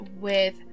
with-